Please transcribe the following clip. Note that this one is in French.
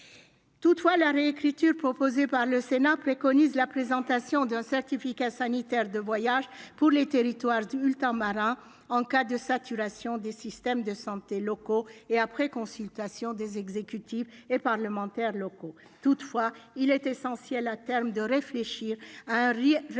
Toutefois, la réécriture proposée par le Sénat préconise la présentation d'un certificat sanitaire de voyage pour les territoires ultramarins en cas de saturation des systèmes de santé locaux, et après consultation des exécutifs et parlementaires locaux. Il est essentiel de réfléchir à terme